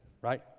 right